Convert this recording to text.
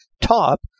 top